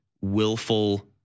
willful